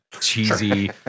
cheesy